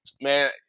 man